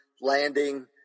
landing